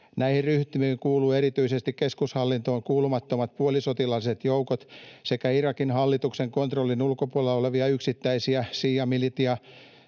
Näihin ryhmittymiin kuuluu erityisesti keskushallintoon kuulumattomat puolisotilaalliset joukot sekä Irakin hallituksen kontrollin ulkopuolella olevia yksittäisiä šiiamilitiaryhmiä.